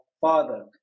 father